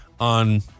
on